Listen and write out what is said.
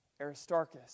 Aristarchus